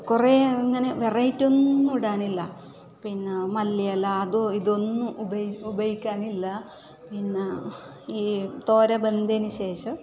കുറെ ഇങ്ങനെ വേറെ ഐറ്റമൊന്നും ഇടാനില്ല പിന്നെ മല്ലിയില അത് ഇത് ഒന്നും ഉപയോ ഉപയോഗിക്കാനില്ല പിന്നെ ഈ തോര വെന്തതിന് ശേഷം